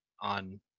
on